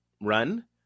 run